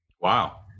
Wow